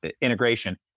integration